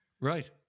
Right